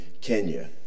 Kenya